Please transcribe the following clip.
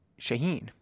Shaheen